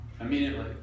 immediately